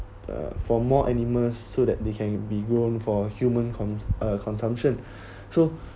uh for more animals so that they can be grown for human com~ uh consumption so